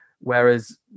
Whereas